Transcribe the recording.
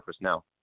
now